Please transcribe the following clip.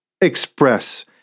express—